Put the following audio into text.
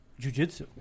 jujitsu